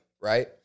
right